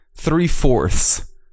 three-fourths